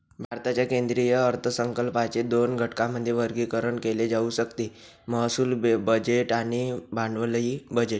भारताच्या केंद्रीय अर्थसंकल्पाचे दोन घटकांमध्ये वर्गीकरण केले जाऊ शकते महसूल बजेट आणि भांडवली बजेट